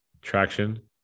traction